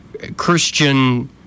Christian